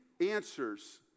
answers